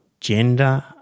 gender